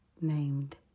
named